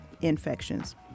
infections